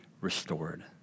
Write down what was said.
restored